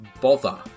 Bother